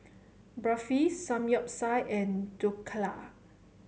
Barfi Samgyeopsal and Dhokla